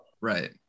Right